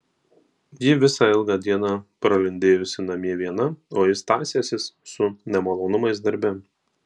ji visą ilgą dieną pralindėjusi namie viena o jis tąsęsis su nemalonumais darbe